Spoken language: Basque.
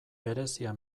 berezia